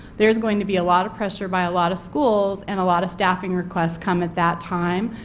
there is going to be a lot of pressure by a lot of schools and a lot of staffing requests come at that time.